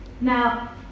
Now